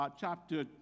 chapter